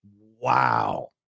wow